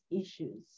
issues